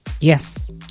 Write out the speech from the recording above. yes